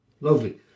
Lovely